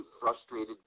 frustrated